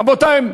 רבותי,